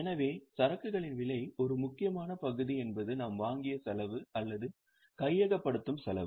எனவே சரக்குகளின் விலை ஒரு முக்கியமான பகுதி என்பது நாம் வாங்கிய செலவு அல்லது கையகப்படுத்தும் செலவு